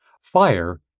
fire